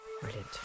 Brilliant